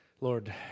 Lord